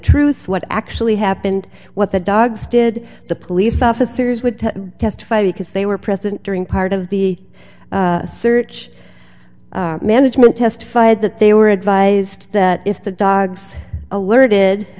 truth what actually happened what the dogs did the police officers would testify because they were present during part of the search management testified that they were advised that if the dogs alerted